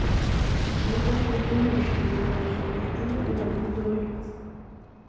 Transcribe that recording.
žaibo greitumu išnykdavo skurdžių uolų dulkėse